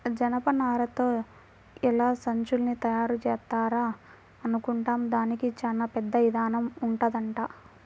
జనపనారతో ఎలా సంచుల్ని తయారుజేత్తారా అనుకుంటాం, దానికి చానా పెద్ద ఇదానం ఉంటదంట